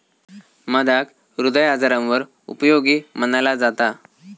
मधाक हृदय आजारांवर उपयोगी मनाला जाता